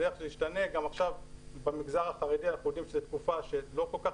גם במגזר החרדי אנחנו יודעים שזו תקופה שלא כל כך